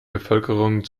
bevölkerung